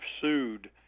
sued